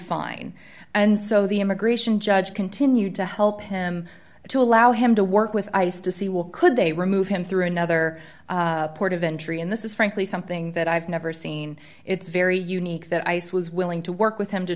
fine and so the immigration judge continued to help him to allow him to work with ice to see will could they remove him through another port of entry and this is frankly something that i've never seen it's very unique that ice was willing to work with him to